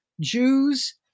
Jews